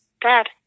Dad